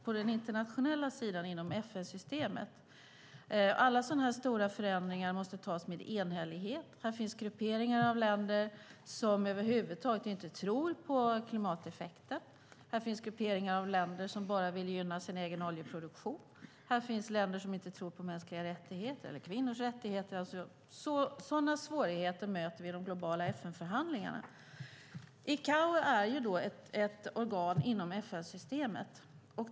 På den internationella sidan inom FN-systemet måste alla stora förändringar tas med enhällighet. Här finns grupper av länder som inte tror på klimateffekten över huvud taget. Här finns grupper av länder som bara vill gynna sin egen oljeproduktion. Här finns länder som inte tror på mänskliga rättigheter och kvinnors rättigheter. Sådana svårigheter möter vi i de globala FN-förhandlingarna. ICAO är ett organ inom FN-systemet.